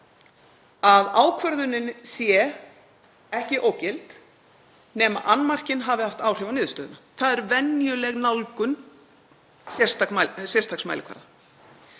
að ákvörðunin sé ekki ógild nema annmarkinn hafi haft áhrif á niðurstöðuna. Það er venjuleg nálgun sérstaks mælikvarða.